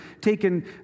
taken